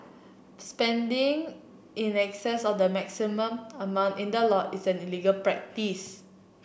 spending in excess of the maximum amount in the law is an illegal practice